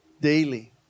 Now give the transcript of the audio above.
daily